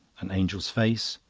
an angel's face,